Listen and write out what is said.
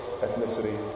ethnicity